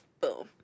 Boom